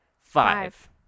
five